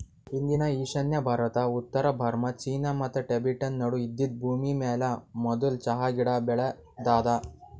ಇಂದಿನ ಈಶಾನ್ಯ ಭಾರತ, ಉತ್ತರ ಬರ್ಮಾ, ಚೀನಾ ಮತ್ತ ಟಿಬೆಟನ್ ನಡು ಇದ್ದಿದ್ ಭೂಮಿಮ್ಯಾಲ ಮದುಲ್ ಚಹಾ ಗಿಡ ಬೆಳದಾದ